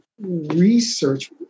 research